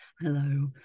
hello